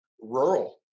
rural